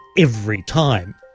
every time.